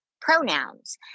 pronouns